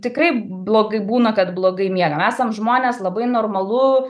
tikrai blogai būna kad blogai miega esam žmonės labai normalu